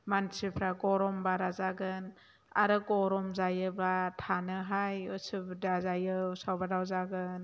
मानसिफ्रा गरम बारा जागोन आरो गरम जायोब्ला थानोहाय उसुबिदा जायो उसाव बादाव जागोन